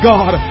God